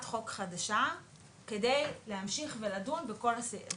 חוק חדשה כדי להמשיך ולדון בכל הסעיפים האחרים.